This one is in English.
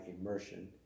immersion